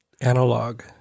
analog